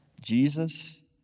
Jesus